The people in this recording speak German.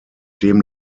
dem